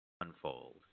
unfold